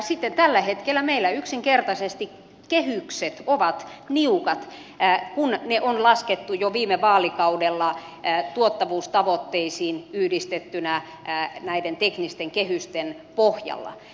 sitten tällä hetkellä meillä yksinkertaisesti kehykset ovat niukat kun ne on laskettu jo viime vaalikaudella tuottavuustavoitteisiin yhdistettynä näiden teknisten kehysten pohjalla